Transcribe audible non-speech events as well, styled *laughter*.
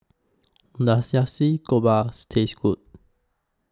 Does *unintelligible* Taste Good